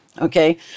Okay